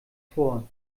vor